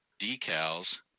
decals